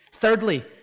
Thirdly